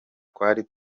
twari